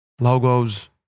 logos